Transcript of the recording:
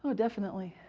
ah definitely.